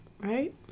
right